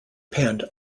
panned